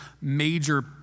major